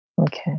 Okay